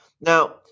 Now